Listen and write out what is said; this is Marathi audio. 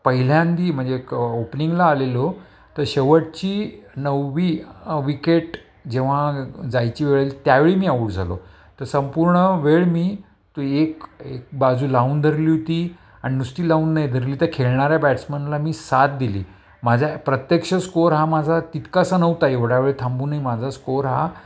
पहिल्यांदी म्हणजे एक ओपनिंगला आलेलो तर शेवटची नव्वी विकेट जेव्हा जायची वेळ येईल त्यावेळी मी आऊट झालो तर संपूर्ण वेळ मी तू एक एक बाजू लावून धरली होती आणि नुसती लावून नाही धरली तर खेळणाऱ्या बॅट्समनला मी साथ दिली माझा प्रत्यक्ष स्कोअर हा माझा तितकास नव्हता एवढ्या वेळ थांबूनही माझा स्कोअर हा